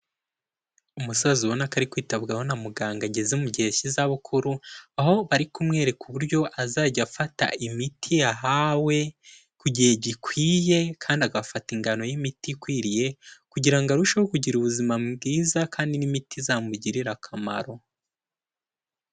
Umusaza ubona ko ari kwitabwaho na muganga ageze mu gihe cy'iza bukuru, aho ari kumwereka uburyo azajya afata imiti yahawe, ku gihe gikwiye, kandi agafata ingano y'imiti ikwiriye, kugira ngo arusheho kugira ubuzima bwiza kandi n'imiti izamugirira akamaro.